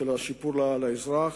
שיפור השירות לאזרח.